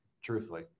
truthfully